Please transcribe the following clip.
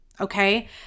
Okay